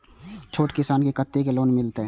छोट किसान के कतेक लोन मिलते?